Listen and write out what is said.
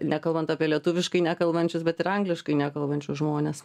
nekalbant apie lietuviškai nekalbančius bet ir angliškai nekalbančius žmones